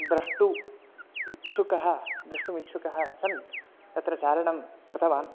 द्रष्टुम् इच्छुकः द्रष्टुमिच्छुकः सन् तत्र चारणं कृतवान्